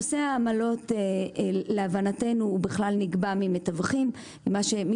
נושא העמלות בכלל נקבע על-ידי מתווכים,